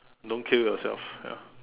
don't kill yourself ya